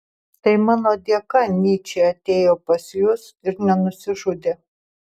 tai mano dėka nyčė atėjo pas jus ir nenusižudė